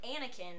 Anakin